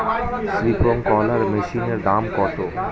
Sprinkler মেশিনের দাম কত?